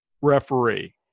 referee